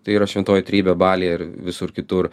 tai yra šventoji trejybė balyje ir visur kitur